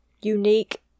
unique